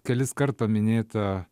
kelis kart paminėta